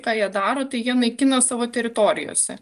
ką jie daro tai jie naikina savo teritorijose